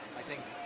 i think,